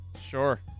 Sure